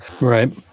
Right